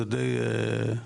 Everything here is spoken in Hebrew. זה די מוגבל,